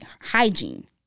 hygiene